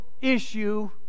issue